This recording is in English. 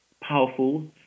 powerful